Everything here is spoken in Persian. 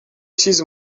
چیز